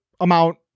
amount